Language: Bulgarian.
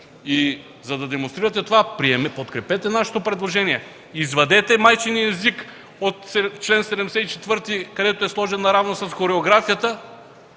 За да демонстрирате това, подкрепете нашето предложение – извадете майчиния език от чл. 74, където е сложен наравно с хореографията